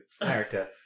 America